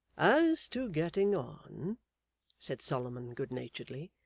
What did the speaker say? as to getting on said solomon good-naturedly,